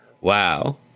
wow